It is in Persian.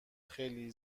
خیلی